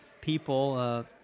people